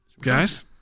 Guys